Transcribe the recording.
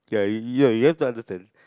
ya you have to understand